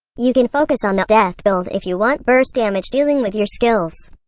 you can focus on the death build if you want burst-damage dealing with your skills.